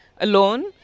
alone